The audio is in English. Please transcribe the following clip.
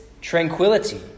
tranquility